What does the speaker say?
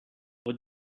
what